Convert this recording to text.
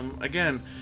again